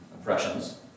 oppressions